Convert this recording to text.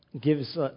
gives